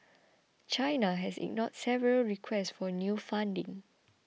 China has ignored several requests for new funding